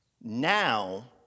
Now